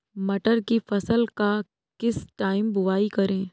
मटर की फसल का किस टाइम बुवाई करें?